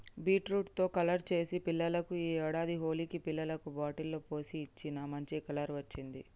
beetroot తో colour చేసి పిల్లలకు ఈ ఏడాది హోలికి పిల్లలకు బాటిల్ లో పోసి ఇచ్చిన, మంచి కలర్ వచ్చింది